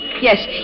Yes